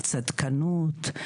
צדקנות,